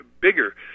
bigger